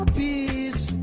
peace